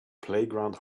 playground